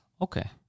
Okay